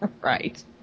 Right